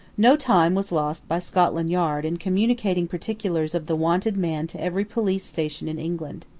no time was lost by scotland yard in communicating particulars of the wanted man to every police station in england.